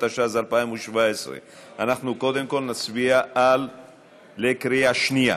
התשע"ז 2017. אנחנו קודם כול נצביע בקריאה שנייה.